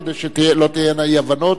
כדי שלא תהיינה אי-הבנות,